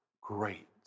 great